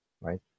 Right